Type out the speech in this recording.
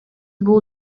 бул